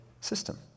system